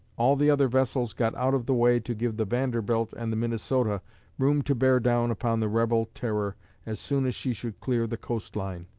all the other vessels got out of the way to give the vanderbilt and the minnesota room to bear down upon the rebel terror as soon as she should clear the coast line.